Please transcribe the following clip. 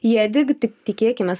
jedig tik tikėkimės